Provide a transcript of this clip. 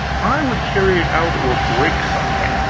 i would carry it out or break something.